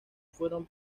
fueron